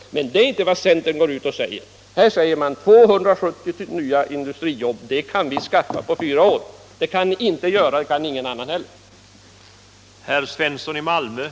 Men det är inte vad centern går ut och säger. Centern säger att man kan skaffa 270 000 nya jobb på fyra år. Det kan ni inte, och det kan inte heller någon annan göra.